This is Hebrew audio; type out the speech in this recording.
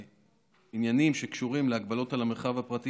עניינים שקשורים להגבלות על המרחב הפרטי